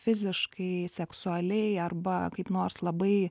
fiziškai seksualiai arba kaip nors labai